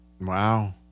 wow